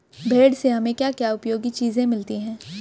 भेड़ से हमें क्या क्या उपयोगी चीजें मिलती हैं?